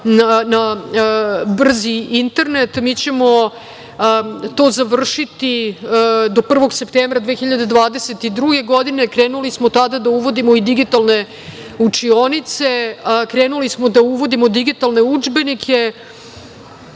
na brzi internet. Mi ćemo to završiti do 1. septembra 2022. godine. Krenuli smo tada da uvodimo i digitalne učionice. Krenuli smo da uvodimo digitalne udžbenike